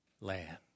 land